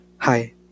Hi